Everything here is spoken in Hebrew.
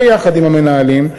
ביחד עם המנהלים,